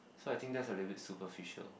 so I think that's a little bit superficial